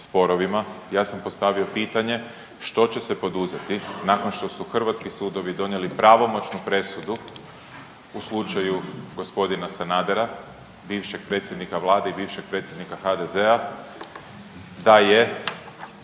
ja sam postavio pitanje što će se poduzeti nakon što su hrvatski sudovi donijeli pravomoćnu presudu u slučaju g. Sanadera, bivšeg predsjednika Vlade i bivšeg predsjednika HDZ-a, da je